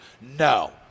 No